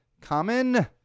common